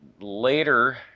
later